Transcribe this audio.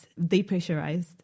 depressurized